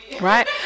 Right